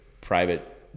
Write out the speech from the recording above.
private